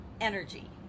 energy